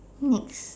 next